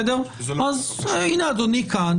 אז הנה, אדוני כאן.